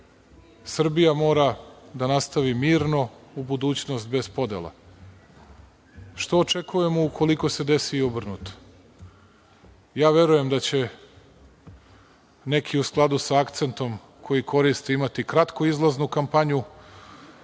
Srbija mora da nastavi mirno u budućnost bez podela, što očekujemo ukoliko se desi obrnuto. Ja verujem da će neki u skladu sa akcentom, koji koriste imati kratkoizlaznu kampanju,